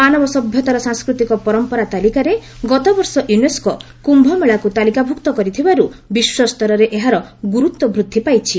ମାନବ ସଭ୍ୟତାର ସାଂସ୍କୃତିକ ପରମ୍ପରା ତାଲିକାରେ ଗତବର୍ଷ ୟୁନେସ୍କୋ କ୍ୟୁମେଳାକୁ ତାଲିକାଭୁକ୍ତ କରିଥିବାରୁ ବିଶ୍ୱସ୍ତରରେ ଏହାର ଗୁରୁତ୍ୱ ବୃଦ୍ଧି ପାଇଛି